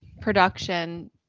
production